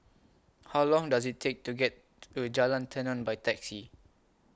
How Long Does IT Take to get to Jalan Tenon By Taxi